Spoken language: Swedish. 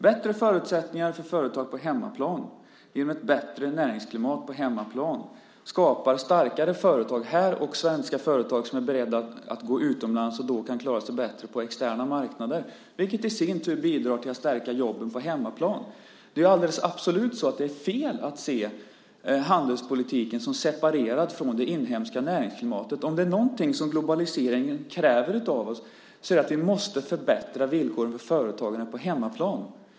Bättre förutsättningar för företag på hemmaplan genom ett bättre näringsklimat på hemmaplan skapar starkare företag här och svenska företag som är beredda att gå utomlands och som då kan klara sig bättre på externa marknader, vilket i sin tur bidrar till att stärka jobben på hemmaplan. Det är absolut fel att se handelspolitiken som separerad från det inhemska näringsklimatet. Om det är någonting som globaliseringen kräver av oss är det att vi måste förbättra villkoren för företagande på hemmaplan.